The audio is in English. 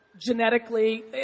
genetically